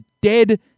dead